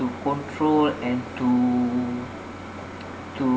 to control and to to